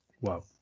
Wow